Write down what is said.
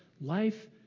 life